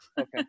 Okay